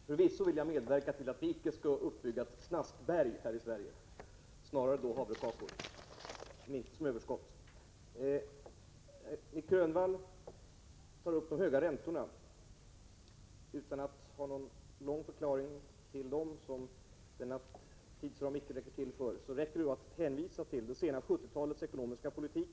Fru talman! Förvisso vill jag medverka till att vi inte skall bygga upp ett snaskberg här i Sverige — hellre då ett berg av havrekakor, men inte som överskott. Nic Grönvall tar upp de höga räntorna. Utan att ge någon lång förklaring till dessa — vilket tidsramen icke tillåter — vill jag säga att det räcker med att hänvisa till det sena 70-talets ekonomiska politik,